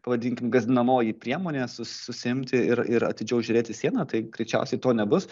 pavadinkim gąsdinamoji priemonė susi susiimti ir ir atidžiau žiūrėti į sieną tai greičiausiai to nebus